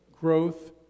growth